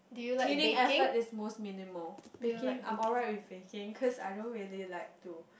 cleaning effort is most minimal baking I'm alright with baking cause I don't really like to